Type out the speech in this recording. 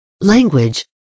Language